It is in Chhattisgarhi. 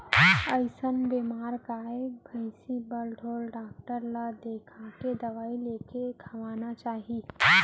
अइसन बेमार गाय भइंसी बर ढोर डॉक्टर ल देखाके दवई लेके खवाना चाही